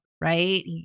right